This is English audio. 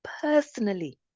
personally